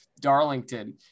darlington